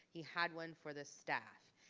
he had one for the staff.